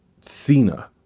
Cena